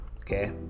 okay